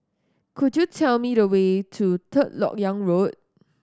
could you tell me the way to Third Lok Yang Road